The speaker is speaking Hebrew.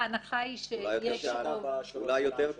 ההנחה היא שרוב בכנסת זה הוא נגד זה,